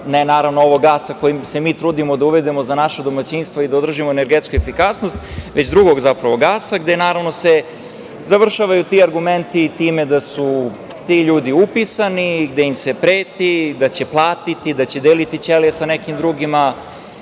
ne naravno ovog gasa sa kojim se mi trudimo da uvedemo za naše domaćinstvo i da održimo energetsku efikasnost, već drugog zapravo gasa, gde se naravno završavaju ti argumenti time da su ti ljudi upisani gde im se preti da će platiti, da će deliti ćelije sa nekim drugima,